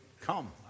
come